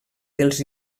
dels